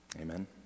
Amen